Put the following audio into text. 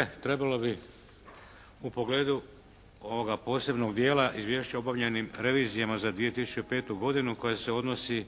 E trebalo bi u pogledu ovoga posebnog dijela Izvješća o obavljenim revizijama za 2005. godinu koje se odnosi